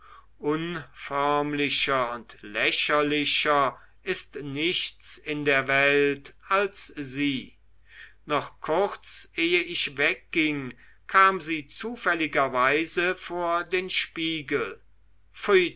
unförmlicher und lächerlicher ist nichts in der welt als sie noch kurz ehe ich wegging kam sie zufälligerweise vor den spiegel